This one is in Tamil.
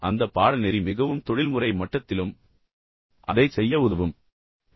எனவே அந்த பாடநெறி மிகவும் தொழில்முறை மட்டத்திலும் அதைச் செய்ய உதவும்